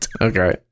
Okay